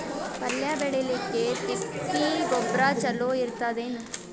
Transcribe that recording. ಪಲ್ಯ ಬೇಳಿಲಿಕ್ಕೆ ತಿಪ್ಪಿ ಗೊಬ್ಬರ ಚಲೋ ಇರತದೇನು?